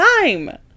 time